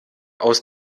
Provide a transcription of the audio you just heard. aus